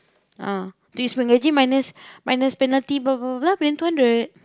ah this month gaji minus minus penalty blah blah blah then two hundred